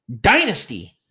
dynasty